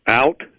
out